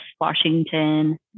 Washington